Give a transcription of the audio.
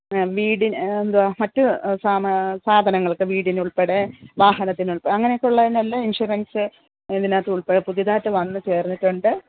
വീടിന് എന്തുവാണ് മറ്റ് സാധനങ്ങൾക്ക് വീടിനുൾപ്പെടെ വാഹനത്തിന് ഉൾപ്പെടെ അങ്ങനെയൊക്കെ ഉള്ളതിനെല്ലാ ഇൻഷുറൻസ് ഇതിനകത്ത് ഉൾപ്പെടും പുതിതായിട്ട് വന്ന് ചേർന്നിട്ടുണ്ട്